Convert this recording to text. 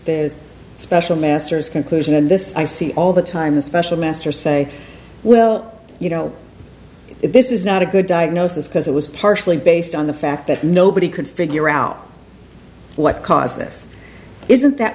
a special masters conclusion in this i see all the time a special master say well you know this is not a good diagnosis because it was partially based on the fact that nobody could figure out what caused this isn't that